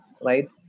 right